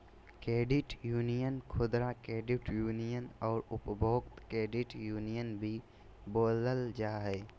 credit union खुदरा credit union आर उपभोक्ता क्रेडिट यूनियन भी बोलल जा हइ